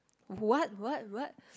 what what what